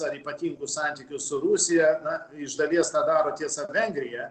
ar ypatingus santykius su rusija na iš dalies tą daro tiesa vengrija